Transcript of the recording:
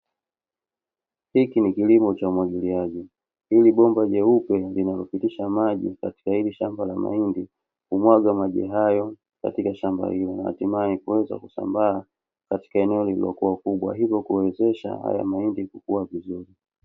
Hiki ni kilimo cha umwagiliaji. Hili bomba jeupe linalopitisha maji katika hili shamba la mahindi humwaga maji hayo katika shamba hili na hatimaye kuweza kusambaa katika eneo lililokua kubwa, hivyo kuwezesha haya mahindi kukua vizuri.